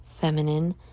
feminine